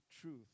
truth